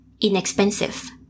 inexpensive